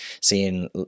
seeing